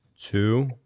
two